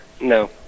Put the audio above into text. No